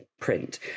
print